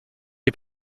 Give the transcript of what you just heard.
est